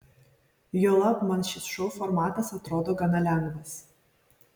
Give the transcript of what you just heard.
juolab man šis šou formatas atrodo gana lengvas